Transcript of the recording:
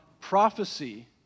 prophecy